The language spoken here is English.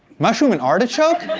mushroom and artichoke?